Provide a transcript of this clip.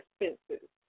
expenses